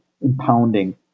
impounding